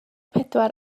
pedwar